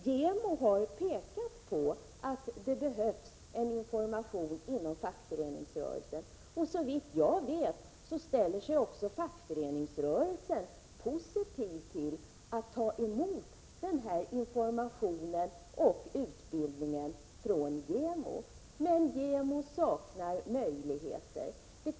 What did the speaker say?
JämO har pekat på att det behövs en informationsverksamhet inom fackföreningsrörelsen, och såvitt jag vet ställer sig fackföreningsrörelsen också positiv till att ta emot sådan information och utbildning från JämO. Men JämO saknar möjligheter att följa upp detta.